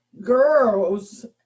girls